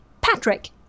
Patrick